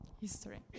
history